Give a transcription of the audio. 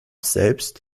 selbst